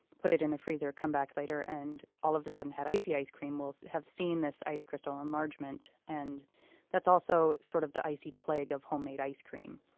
put it in the freezer, come back later and all of the sudden has icy ice cream will have seen this ice crystal enlargement. and that's also sort of the icy plague of homemade ice cream.